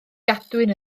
gadwyn